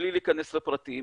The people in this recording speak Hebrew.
מבלי להיכנס לפרטים,